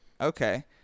Okay